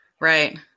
right